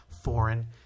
foreign